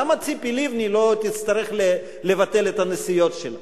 למה ציפי לבני לא תצטרך לבטל את הנסיעות שלה?